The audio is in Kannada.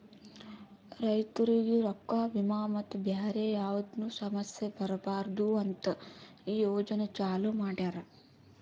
ರೈತುರಿಗ್ ರೊಕ್ಕಾ, ವಿಮಾ ಮತ್ತ ಬ್ಯಾರೆ ಯಾವದ್ನು ಸಮಸ್ಯ ಬರಬಾರದು ಅಂತ್ ಈ ಯೋಜನೆ ಚಾಲೂ ಮಾಡ್ಯಾರ್